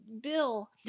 bill